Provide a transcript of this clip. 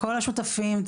כל השותפים,